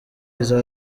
izo